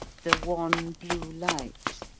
the wan blue light,